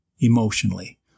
emotionally